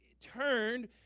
turned